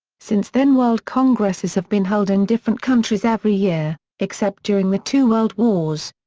since then world congresses have been held in different countries every year, except during the two world wars.